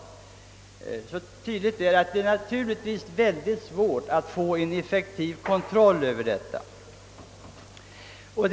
Det är tydligt att det är mycket svårt att få en effektiv kontroll över denna hantering.